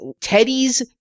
Teddy's